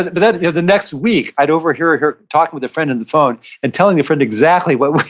the but and yeah the next week, i'd overhear her talking with a friend on and the phone and telling the friend exactly what what